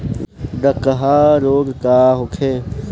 डकहा रोग का होखे?